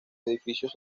edificios